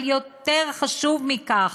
אבל יותר חשוב מכך,